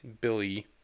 Billy